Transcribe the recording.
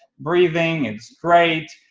breathing, it's great.